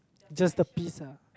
just the pizza